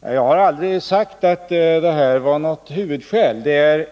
Jag har aldrig sagt att det inomregionala stödet var något huvudskäl. Det är